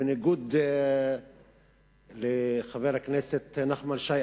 בניגוד לחבר הכנסת נחמן שי,